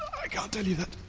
i can't tell you that.